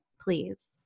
please